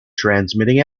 transmitting